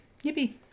Yippee